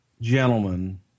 gentlemen